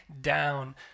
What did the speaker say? down